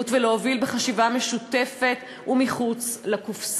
ולהוביל בחשיבה משותפת ומחוץ לקופסה.